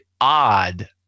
odd